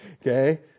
Okay